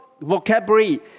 vocabulary